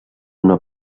una